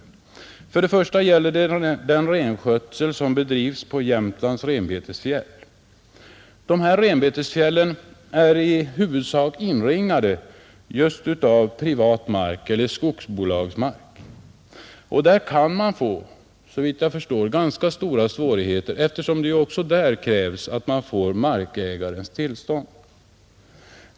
Den första kategorin gäller de samer som bedriver renskötsel på Jämtlands renbetesfjäll. Dessa renbetesfjäll är i huvudsak inringade just av privat mark eller skogsbolagsmark, och där kan det uppstå ganska stora svårigheter, eftersom även där markägarnas tillstånd krävs.